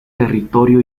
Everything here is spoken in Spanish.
territorio